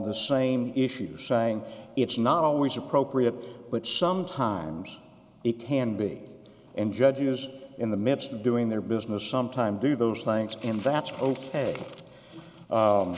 the same issues saying it's not always appropriate but sometimes it can be and judges in the midst of doing their business sometimes do those things and that's ok